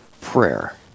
prayer